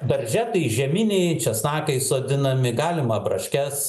darže tai žieminiai česnakai sodinami galima braškes